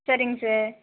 சரிங்க சார்